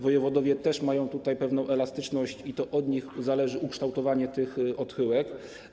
Wojewodowie mają tutaj pewną elastyczność i to od nich zależy ukształtowanie tych odchyłek.